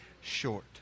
short